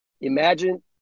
imagine